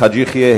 חאג' יחיא,